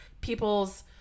people's